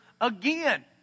again